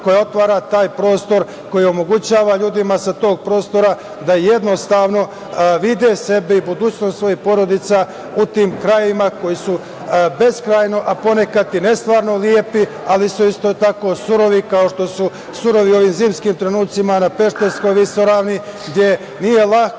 koja otvara taj prostor, koja omogućava ljudima sa tog prostora da jednostavno vide sebe i budućnost svojih porodica u tim krajevima koji su beskrajno, a ponekad i nestvarno lepi, ali su isto tako surovi, kao što su surovi u ovim zimskim trenucima na Pešterskoj visoravni, gde nije lako